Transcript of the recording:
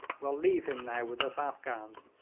well, leave him now with us afghans,